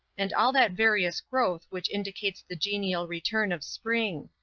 and all that various growth which indicates the genial return of spring.